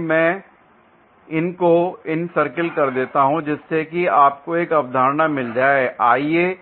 आइए मैं इनको इनसर्किल कर देता हूं जिससे कि आपको एक अवधारणा मिल जाए l आइए